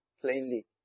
plainly